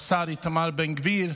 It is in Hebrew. השר איתמר בן גביר,